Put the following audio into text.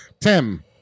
Tim